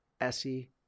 essie